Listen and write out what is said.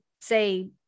say